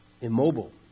immobile